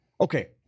Okay